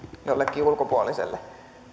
jollekin ulkopuoliselle